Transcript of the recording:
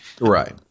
Right